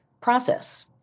process